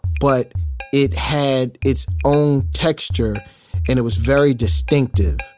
but it had its own texture and it was very distinctive